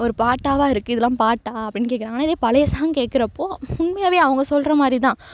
ஒரு பாட்டாவாக இருக்குது இதெலாம் பாட்டா அப்படினு கேட்குறாங்கனா இதே பழையை சாங் கேட்கிறப்போ உண்மையாவே அவங்க சொல்கிற மாதிரி தான்